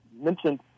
mentioned